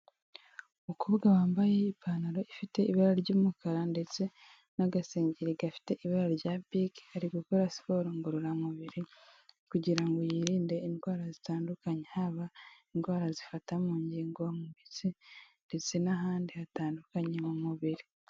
Umukobwa wambaye ipantaro ifite ibara ry'umukara ndetse n'agasengeri gafite ibara rya pinki, ari gukora siporo ngororamubiri kugira ngo yirinde indwara zitandukanye, haba indwara zifata mu ngingo mu mitsi ndetse n'ahandi hatandukanye mu mubiri.